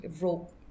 rope